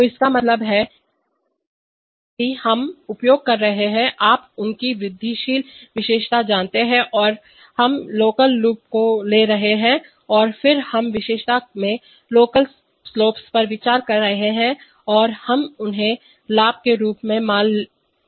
तो इसका मतलब है कि हम उपयोग कर रहे हैं आप उनकी वृद्धिशील विशेषता जानते हैं कि हम लोकल लूप को ले रहे हैं और फिर हम विशेषता में लोकल स्लोप्स पर विचार कर रहे हैं और हम उन्हें लाभ के रूप में मान रहे हैं